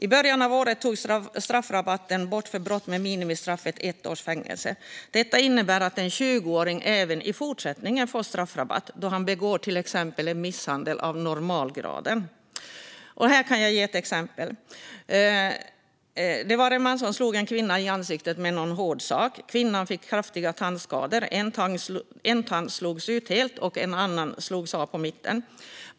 I början av året togs straffrabatten bort för brott med minimistraffet ett års fängelse. Detta innebär att en 20-åring även i fortsättningen får straffrabatt då han begår till exempel en misshandel av normalgraden. Här kan jag ge ett exempel: En man slog en kvinna i ansiktet med en hård sak. Kvinnan fick kraftiga tandskador, en tand slogs ut helt och en annan slogs av på mitten.